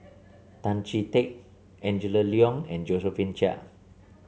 Tan Chee Teck Angela Liong and Josephine Chia